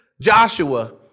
Joshua